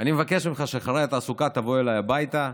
אני מבקש ממך שאחרי התעסוקה תבוא אליי הביתה,